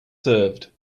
served